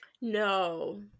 No